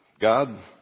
God